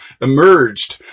emerged